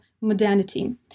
modernity